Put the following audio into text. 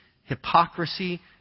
hypocrisy